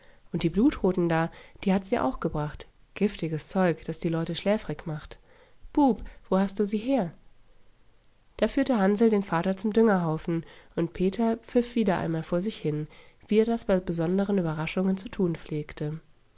und die blutroten da die hat sie auch gebracht giftiges zeug das die leute schläfrig macht bub wo hast sie her da führte hansl den vater zum düngerhaufen und peter pfiff wieder einmal vor sich hin wie er das bei besonderen überraschungen zu tun pflegte